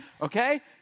okay